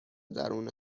درون